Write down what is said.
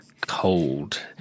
cold